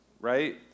right